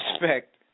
respect